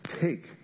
take